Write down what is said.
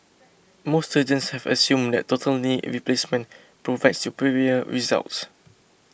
most surgeons have assumed that total knee replacement provides superior results